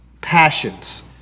passions